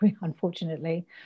unfortunately